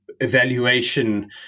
evaluation